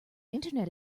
internet